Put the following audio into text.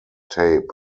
tape